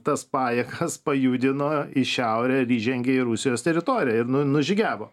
tas pajėgas pajudino į šiaurę ir įžengė į rusijos teritoriją ir nu nužygiavo